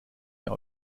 mehr